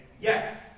yes